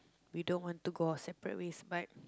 we don't want to go our separate ways but